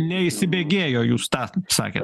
neįsibėgėjo jūs tą sakėt